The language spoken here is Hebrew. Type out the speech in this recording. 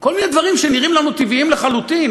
כל מיני דברים שנראים לנו טבעיים לחלוטין,